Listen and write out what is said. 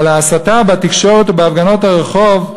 אבל ההסתה בתקשורת ובהפגנות הרחוב,